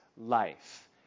life